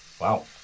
Wow